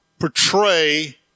Portray